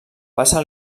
passa